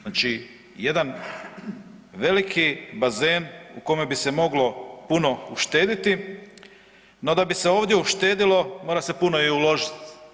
Znači jedan veliki bazen u kome bi se moglo puno uštediti, no da bi se ovdje uštedilo mora se puno uložiti.